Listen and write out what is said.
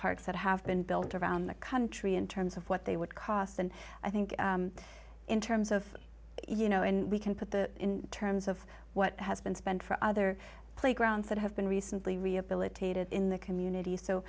parts that have been built around the country in terms of what they would cost and i think in terms of you know and we can put that in terms of what has been spent for other playgrounds that have been recently rehabilitated in the community